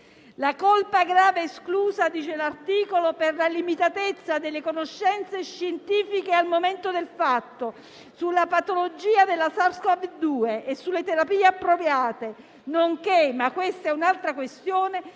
la colpa grave è esclusa - dice l'articolo - per la limitatezza delle conoscenze scientifiche, al momento del fatto, sulla patologia della SARS-Cov-2 e sulle terapie appropriate, nonché - ma questa è un'altra questione